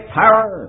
power